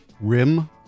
Rim